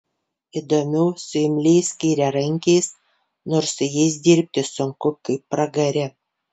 įdomiau su imliais kairiarankiais nors su jais dirbti sunku kaip pragare